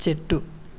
చెట్టు